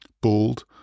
Bald